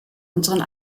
unseren